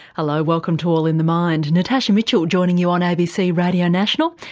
hello, welcome to all in the mind, natasha mitchell joining you on abc radio national,